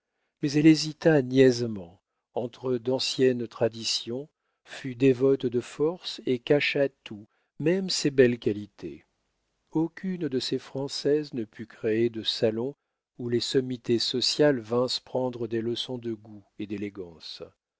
mais elle hésita niaisement entre d'anciennes traditions fut dévote de force et cacha tout même ses belles qualités aucune de ces françaises ne put créer de salon où les sommités sociales vinssent prendre des leçons de goût et d'élégance